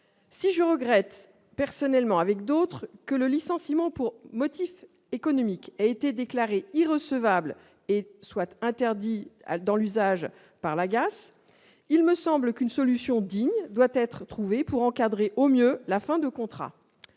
Si je regrette personnellement, avec d'autres, que le licenciement pour motif économique ait été déclaré irrecevable et soit interdit dans l'usage par l'AGAS, il me semble qu'une solution digne doit être trouvée pour encadrer au mieux la fin de contrat.